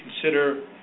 consider